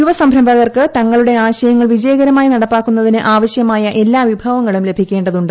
യുവ സംരംഭകർക്ക് തങ്ങളുടെ ആശയങ്ങൾ വിജയകരമായി നടപ്പാക്കുന്നതിന് ആവശ്യമായ എല്ലാ വിഭവങ്ങളും ലഭിക്കേണ്ടതുണ്ട്